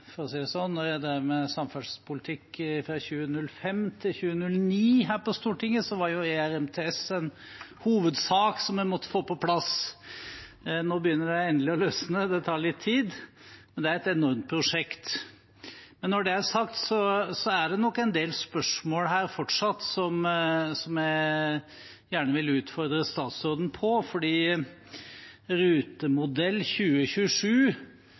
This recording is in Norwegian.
kan jo si det sånn at da jeg drev med samferdselspolitikk fra 2005 til 2009 her på Stortinget, var ERTMS en hovedsak som en måtte få på plass. Nå begynner det endelig å løsne. Det tar litt tid, men det er et enormt prosjekt. Når det er sagt, er det nok fortsatt en del spørsmål her som jeg gjerne vil utfordre statsråden på, for Rutemodell 2027